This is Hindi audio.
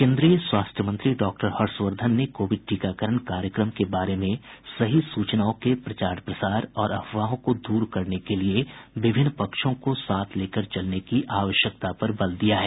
केन्द्रीय स्वास्थ्य मंत्री डॉक्टर हर्षवर्धन ने कोविड टीकाकरण कार्यक्रम के बारे में सही सूचनाओं के प्रचार प्रसार और अफवाहों को दूर करने के लिए विभिन्न पक्षों को साथ लेकर चलने की आवश्यकता पर बल दिया है